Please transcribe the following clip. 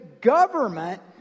government